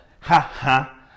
Ha-ha